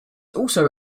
also